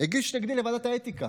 הגיש נגדי לוועדת האתיקה.